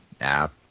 app